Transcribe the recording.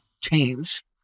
change